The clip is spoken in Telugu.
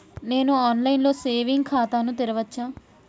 నేను ఆన్ లైన్ లో సేవింగ్ ఖాతా ను తెరవచ్చా?